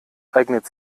eignet